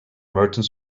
merchant